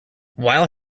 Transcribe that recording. while